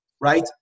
right